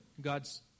God's